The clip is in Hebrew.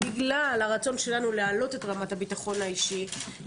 בגלל הרצון שלנו להעלות את רמת הביטחון האישי,